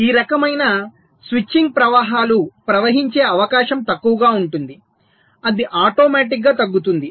ఈ రకమైన స్విచింగ్ ప్రవాహాలు ప్రవహించే అవకాశం తక్కువగా ఉంటుంది అది ఆటోమేటిక్ గా తగ్గుతుంది